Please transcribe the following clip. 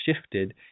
shifted